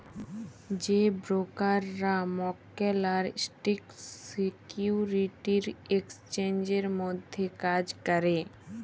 যে ব্রকাররা মক্কেল আর স্টক সিকিউরিটি এক্সচেঞ্জের মধ্যে কাজ ক্যরে